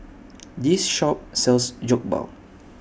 This Shop sells Jokbal